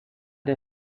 der